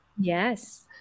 Yes